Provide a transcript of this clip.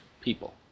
people